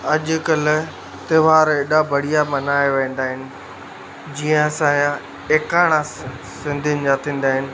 अॼु कल्ह त्योहार एॾा बढ़िया मनाया वेंदा आहिनि जीअं असांजा एकाणा स सिंधियुनि जा थींदा आहिनि